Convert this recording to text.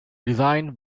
designed